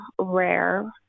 rare